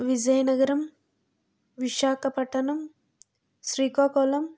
Vizianagaram Visakhapatnam Srikakulam